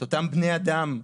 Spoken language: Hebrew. את אותם בני אדם,